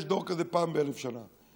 יש דור כזה פעם באלף שנה.